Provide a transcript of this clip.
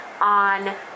on